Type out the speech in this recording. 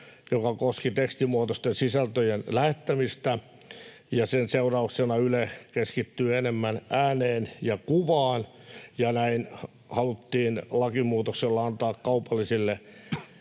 joka koski tekstimuotoisten sisältöjen lähettämistä. Sen seurauksena Yle keskittyy enemmän ääneen ja kuvaan, ja näin haluttiin lakimuutoksella antaa kaupalliselle